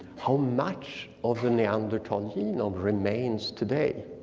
how much of the neanderthal genome remains today?